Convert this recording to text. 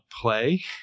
play